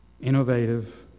innovative